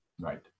Right